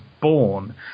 born